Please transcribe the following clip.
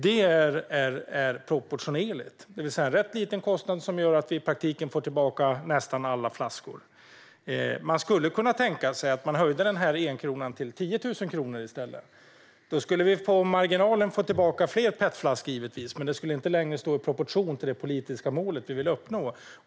Detta är proportionerligt, det vill säga att en rätt liten kostnad gör att vi får tillbaka nästan alla flaskor. Man skulle kunna tänka sig att man i stället höjde den där kronan till 10 000 kronor. Då skulle vi givetvis på marginalen få tillbaka fler petflaskor, men det skulle inte längre stå i proportion till det politiska mål vi vill uppnå.